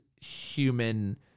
human